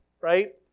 right